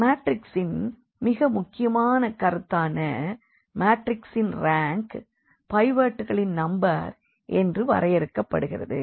மாற்றிக்ஸின் மிக முக்கியமான கருத்தான மாற்றிக்ஸின் ரேங்க் பைவோட்களின் நம்பர் என்று வரையறுக்கப்படுகிறது